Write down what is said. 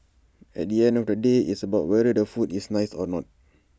at the end of the day it's about whether the food is nice or not